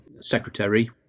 Secretary